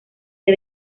que